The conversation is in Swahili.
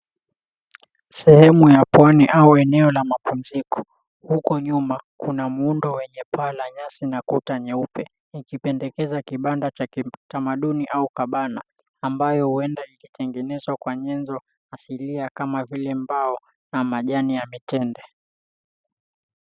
Sehemu ya pwani au eneo la mapumziko, huko nyuma kuna muundo wenye paa la nyasi na kuta nyeupe ukipendekeza kibanda cha kitamaduni au kabana ambayo huenda ikitengenezwa kwa nyenzo asilia kama vile mbao na majani ya mitende.